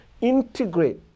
integrate